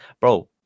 Bro